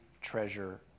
treasure